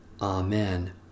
Amen